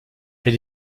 elle